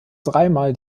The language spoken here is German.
dreimal